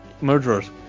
murderers